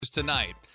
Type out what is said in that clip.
tonight